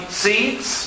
seeds